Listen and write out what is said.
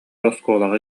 оскуолаҕа